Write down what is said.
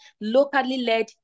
locally-led